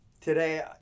today